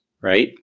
right